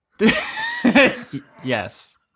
Yes